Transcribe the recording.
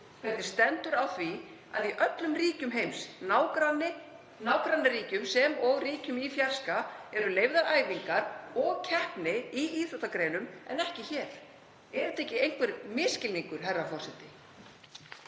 Hvernig stendur á því að í öllum ríkjum heims, nágrannaríkjum sem og ríkjum í fjarska, eru leyfðar æfingar og keppni í íþróttagreinum en ekki hér? Er þetta ekki einhver misskilningur, herra forseti?